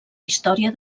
història